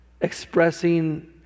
expressing